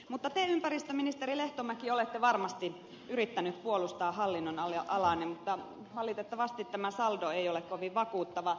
mutta te ympäristöministeri lehtomäki olette varmasti yrittänyt puolustaa hallinnonalaanne mutta valitettavasti tämä saldo ei ole kovin vakuuttava